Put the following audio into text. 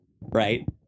right